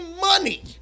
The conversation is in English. money